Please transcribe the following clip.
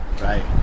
right